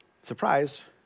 Surprise